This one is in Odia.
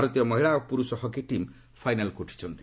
ଭାରତୀୟ ମହିଳା ଓ ପୁରୁଷ ହକି ଟିମ୍ ଫାଇନାଲ୍କୁ ଉଠିଛନ୍ତି